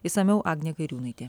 išsamiau agnė kairiūnaitė